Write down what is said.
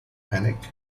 panic